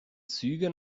züge